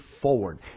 forward